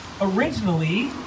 originally